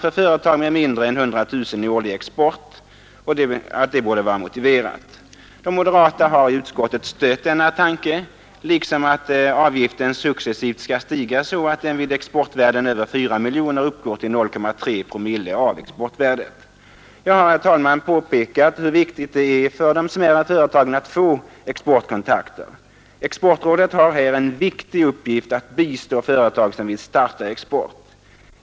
De 16 maj 1972 moderata har i utskottet stött denna tanke liksom att avgiften successivt Jag har, fru talman, påpekat hur viktigt det är för de smärre företagen att få exportkontakter. Exportrådet har här en viktig uppgift att bistå företag som vill starta export.